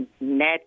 net